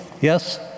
Yes